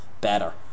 better